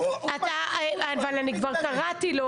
אני כבר קראתי לו.